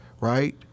right